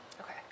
Okay